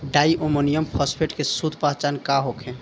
Di ammonium phosphate के शुद्ध पहचान का होखे?